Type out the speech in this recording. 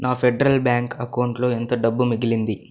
నా Federal Bank అకౌంట్లో ఎంత డబ్బు మిగిలింది